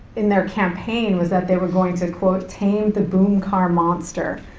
in their campaign was that they were going to quote tame the boom car monster.